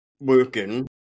working